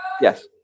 Yes